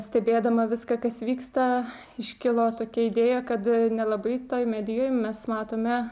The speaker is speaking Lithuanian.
stebėdama viską kas vyksta iškilo tokia idėja kad nelabai toj medijoj mes matome